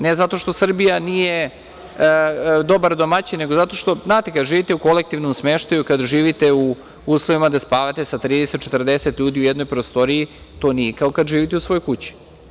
Ne zato što Srbija nije dobar domaćin, nego zato što, znate, kada živite u kolektivnom smeštaju, kada živite u uslovima gde spavate sa 30, 40 ljudi u jednoj prostoriji, to nije kao kada živite u svojoj kući.